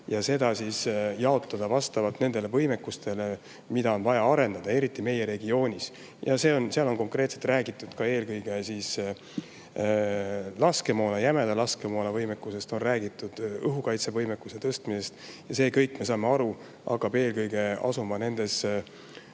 ja neid [tuleks] jaotada vastavalt võimekustele, mida on vaja arendada, eriti meie regioonis. Konkreetselt on räägitud eelkõige laskemoona, jämeda laskemoona võimekusest, on räägitud õhukaitsevõimekuse tõstmisest. See kõik, me saame aru, hakkab eelkõige asuma nendes